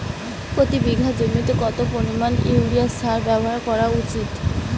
প্রতি বিঘা জমিতে কত পরিমাণ ইউরিয়া সার ব্যবহার করা উচিৎ?